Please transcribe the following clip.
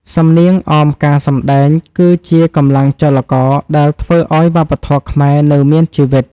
សំនៀងអមការសម្ដែងគឺជាកម្លាំងចលករដែលធ្វើឱ្យវប្បធម៌ខ្មែរនៅមានជីវិត។